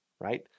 right